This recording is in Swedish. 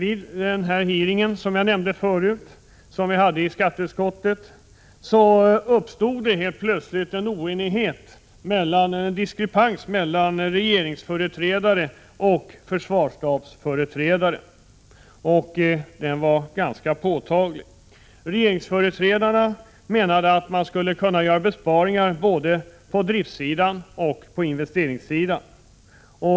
I den här hearingen i skatteutskottet, som jag nämnde förut, uppstod det helt plötsligt diskrepans mellan regeringsföreträdare och försvarsstabsföreträdare, och den var ganska påtaglig. Regeringsföreträdarna menade att man skulle göra besparingar både på driftsidan och på investeringssidan.